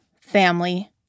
family